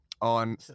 on